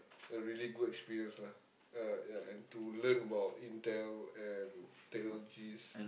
a really good experience lah uh ya and to learn about Intel and technologies